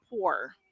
poor